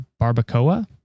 barbacoa